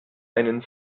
einen